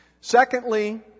Secondly